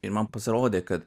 ir man pasirodė kad